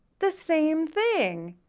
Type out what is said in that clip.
the same thing.